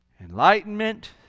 enlightenment